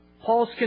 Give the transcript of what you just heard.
Paul's